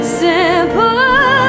simple